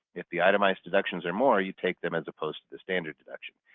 if the itemized deductions are more, you take them as opposed to the standard deduction.